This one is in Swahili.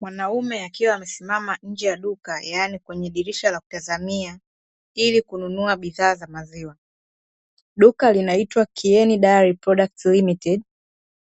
Mwanaume akiwa amesimama nje ya duka yaani kwenye dirisha la kutazamia ili kununua bidhaa za maziwa. Duka linaitwa "KIENI DAIRY PRODUCTS LTD".